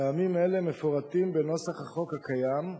וטעמים אלה מפורטים בנוסח החוק הקיים,